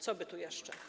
Co by tu jeszcze?